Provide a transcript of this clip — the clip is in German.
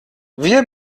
wir